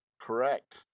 Correct